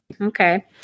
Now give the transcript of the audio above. Okay